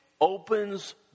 opens